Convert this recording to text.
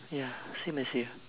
ya same as you